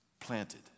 planted